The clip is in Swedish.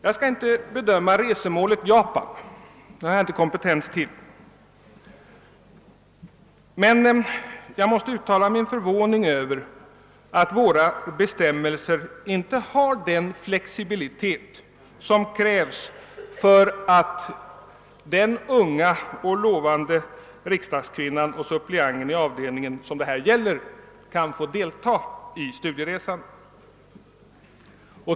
Jag skall inte bedöma resmålet Japan, ty det har jag inte kompetens till, men jag måste uttala min förvåning över att bestämmelserna inte har den flexibilitet som krävs för att den unga och lovande riksdagskvinna, suppleant i avdelningen som det här gäller, kan få delta i studieresan.